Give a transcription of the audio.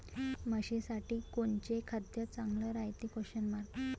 म्हशीसाठी कोनचे खाद्य चांगलं रायते?